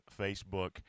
Facebook